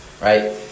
right